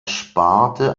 sparte